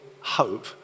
hope